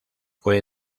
fue